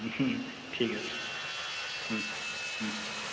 হুম ঠিক আছে হুম হুম